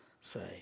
say